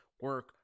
Work